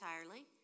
entirely